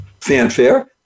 fanfare